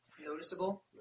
noticeable